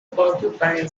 porcupine